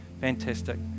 Fantastic